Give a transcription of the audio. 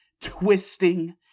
twisting